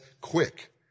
quick